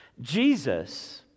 Jesus